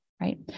right